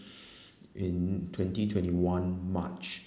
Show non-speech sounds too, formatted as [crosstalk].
[breath] in twenty twenty one march